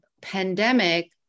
pandemic